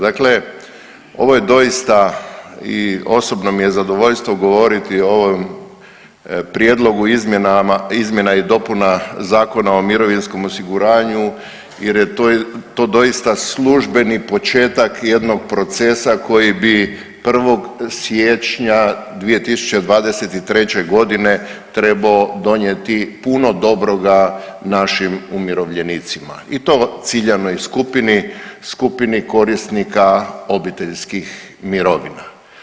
Dakle ovo je doista i osobno mi je zadovoljstvo govoriti o ovom prijedlogu izmjena i dopuna Zakona o mirovinskom osiguranju jer je to doista službeni početak jednog procesa koji bi 1. siječnja 2023.g. trebao donijeti puno dobroga našim umirovljenicima i to ciljanoj skupini, skupini korisnika obiteljskih mirovina.